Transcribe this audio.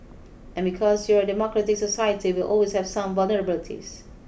and because you're a democratic society you will always have some vulnerabilities